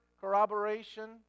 corroboration